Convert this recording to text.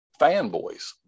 Fanboys